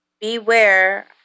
beware